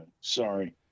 Sorry